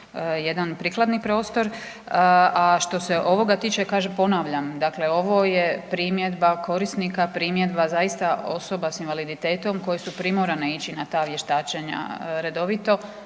jedan prikladni prostora. A što se ovoga tiče ponavljam, dakle ovo je primjedba korisnika, primjedba osoba s invaliditetom koji su primorane ići na ta vještačenja redovito